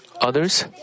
others